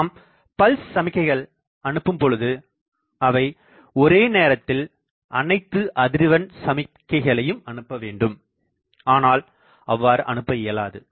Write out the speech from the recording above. நாம் பல்ஸ் சமிக்கைகள் அனுப்பும் பொழுது அவை ஒரே நேரத்தில் அனைத்து அதிர்வெண் சமிக்கைகளையும் அனுப்ப வேண்டும் ஆனால் அவ்வாறு அனுப்ப இயலாது